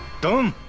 don't